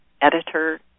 editor